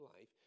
life